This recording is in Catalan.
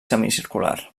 semicircular